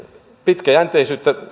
pitkäjänteisyyttä